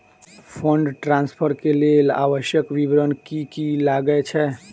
Fund transfer केँ लेल आवश्यक विवरण की की लागै छै?